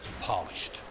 polished